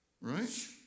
Right